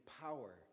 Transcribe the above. power